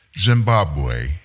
Zimbabwe